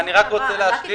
אני הגשתי